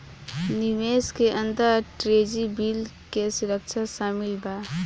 निवेश के अंदर ट्रेजरी बिल के सुरक्षा शामिल बा